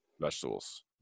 vegetables